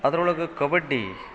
ಅದ್ರೊಳಗೆ ಕಬಡ್ಡಿ